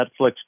Netflix